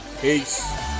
Peace